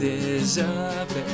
deserve